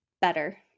better